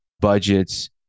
budgets